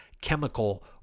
chemical